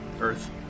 earth